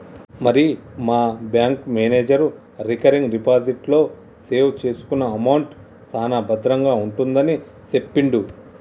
మరి మా bank manager recurring deposit లో సేవ్ చేసుకున్న అమౌంట్ సాన భద్రంగా ఉంటుందని సెప్పిండు